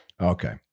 Okay